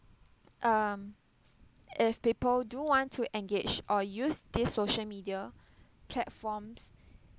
um if people do want to engage or use these social media platforms